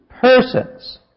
persons